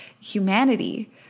humanity